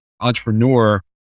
entrepreneur